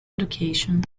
education